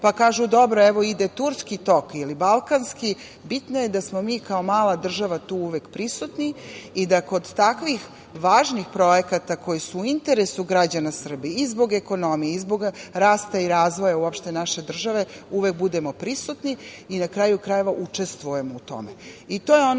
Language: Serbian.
pa kažu – dobro evo ide turski tok ili balkanski, bitno je da smo mi kao mala država tu uvek prisutni i da kod takvih važnih projekata koji su u interesu građana Srbije i zbog ekonomije i zbog rasta i razvoja uopšte naše države, uvek budemo prisutni i na kraju krajeva učestvujemo o tome.